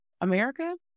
America